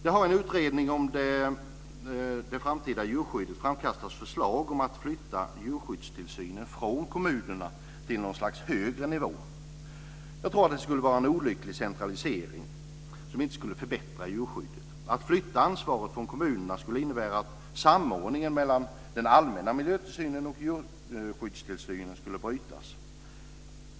Det har i utredningen om det framtida djurskyddet framkastats förslag om att man ska flytta djurskyddstillsynen från kommunerna till något slags högre nivå. Jag tror att det skulle vara en olycklig centralisering, som inte skulle förbättra djurskyddet. Att flytta ansvaret från kommunerna skulle innebära att samordningen mellan den allmänna miljötillsynen och djurskyddstillsynen skulle brytas.